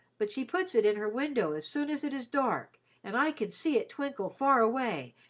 but she puts it in her window as soon as it is dark, and i can see it twinkle far away,